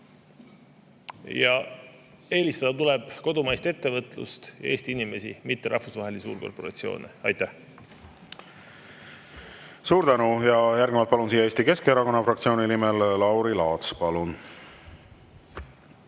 Eelistada tuleb kodumaist ettevõtlust ja Eesti inimesi, mitte rahvusvahelisi suurkorporatsioone. Aitäh! Suur tänu! Järgnevalt palun Eesti Keskerakonna fraktsiooni nimel kõnelema Lauri Laatsi. Palun!